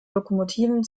lokomotiven